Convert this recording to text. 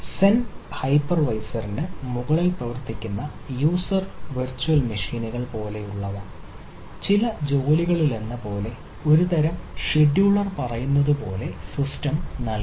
സെൻ ഹൈപ്പർവൈസറിന് നൽകുന്നു